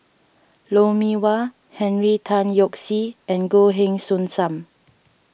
Lou Mee Wah Henry Tan Yoke See and Goh Heng Soon Sam